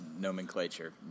nomenclature